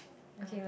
ya